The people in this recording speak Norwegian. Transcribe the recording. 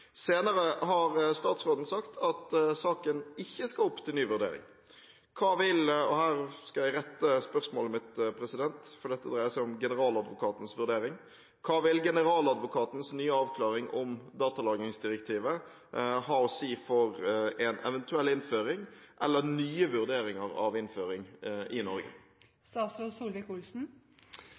Senere har statsråden sagt at saken ikke skal opp til ny vurdering. Hva vil EU-domstolens nye avklaring om datalagringsdirektivet ha å si for en eventuell innføring eller nye vurderinger av innføring i Norge?» – Her skal jeg rette på spørsmålet mitt, for dette dreier seg om generaladvokatens vurdering: Hva vil generaladvokatens nye avklaring om datalagringsdirektivet ha å si for